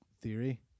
theory